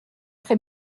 très